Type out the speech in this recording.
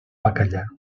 bacallà